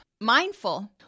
mindful